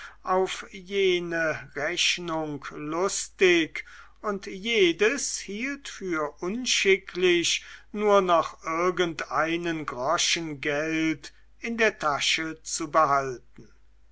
auf jene rechnung lustig und jedes hielt für unschicklich nur noch irgendeinen groschen geld in der tasche zu behalten